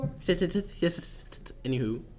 Anywho